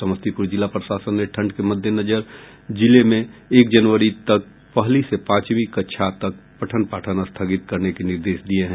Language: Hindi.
समस्तीपूर जिला प्रशासन ने ठंड के मद्देनजर जिले में एक जनवरी तक पहली से पांचवीं कक्षा तक पठन पाठन स्थगित करने के निर्देश दिये हैं